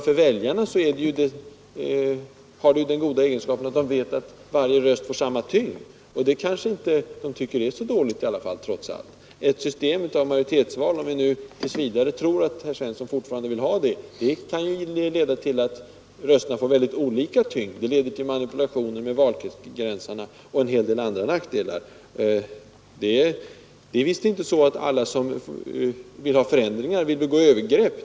För väljarna för det i varje fall det goda med sig, att de vet att varje röst får samma tyngd, och det kanske de trots allt inte tycker är så dåligt. Ett system med majoritetsval — om jag nu tills vidare får utgå ifrån att herr Svensson talar för det — kan leda till att rösterna får mycket olika tyngd. Vidare leder det till manipulationer med valkretsgränserna och till andra nackdelar. Det är visst inte så att alla som vill åstadkomma förändringar vill begå övergrepp.